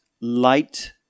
light